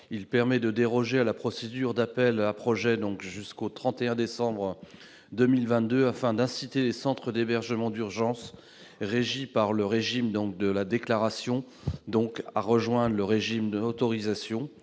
en permettant de déroger à la procédure d'appel à projets jusqu'au 31 décembre 2022, afin d'inciter les centres d'hébergement d'urgence régis par le régime de la déclaration à rejoindre le régime de l'autorisation,